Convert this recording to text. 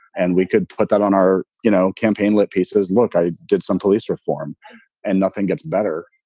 and we could put that on our, you know, campaign lit pieces. look, i did some police reform and nothing gets better.